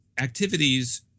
activities